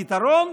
הפתרון,